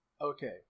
Okay